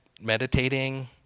meditating